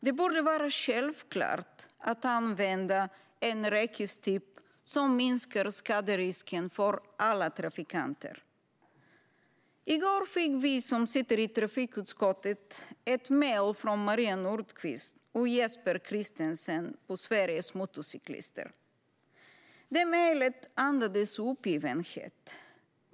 Det borde vara självklart att använda en räckestyp som minskar skaderisken för alla trafikanter. I går fick vi som sitter i trafikutskottet ett mejl från Maria Nordkvist och Jesper Christensen på Sveriges Motorcyklister. Mejlet andades uppgivenhet.